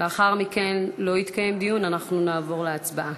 לאחר מכן לא יתקיים דיון, אנחנו נעבור להצבעה.